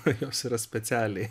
jos yra specialiai